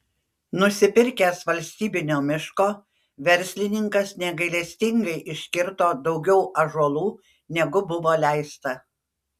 nusipirkęs valstybinio miško verslininkas negailestingai iškirto daugiau ąžuolų negu buvo leista